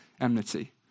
enmity